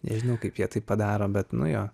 nežinau kaip jie tai padaro bet nu jo